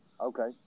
Okay